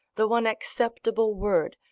the one acceptable word,